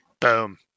Boom